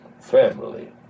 family